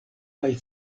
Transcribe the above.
kaj